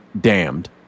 Damned